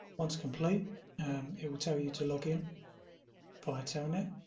once complete it will tell you to login via telnet.